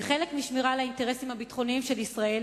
כחלק משמירה על האינטרסים הביטחוניים של ישראל